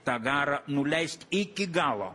tą garą nuleist iki galo